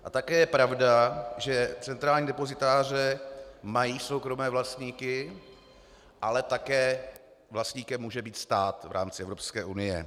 A také je pravda, že centrální depozitáře mají soukromé vlastníky, ale také vlastníkem může být stát v rámci Evropské unie.